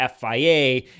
FIA